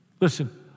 Listen